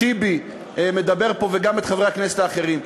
טיבי מדבר פה וגם את חברי הכנסת האחרים.